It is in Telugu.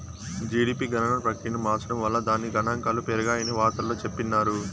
జీడిపి గణన ప్రక్రియను మార్సడం వల్ల దాని గనాంకాలు పెరిగాయని వార్తల్లో చెప్పిన్నారు